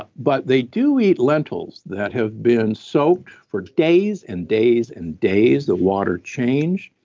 but but they do eat lentils that have been soaked for days and days, and days, the water changed,